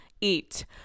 eat